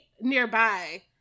nearby